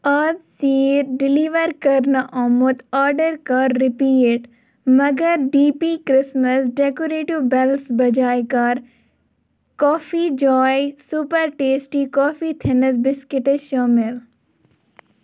اَز ژیٖرۍ ڈِیلِور کَرنہٕ آمُت آرڈر کَر رِپیٖٹ مگر D P Christmas decorative bells بجاے کَر کافی جواے سُپر ٹیسٹی کافی تھِنٕز بِسکِٹس شٲمِل